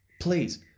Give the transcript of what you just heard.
Please